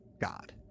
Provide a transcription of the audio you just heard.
god